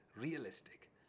realistic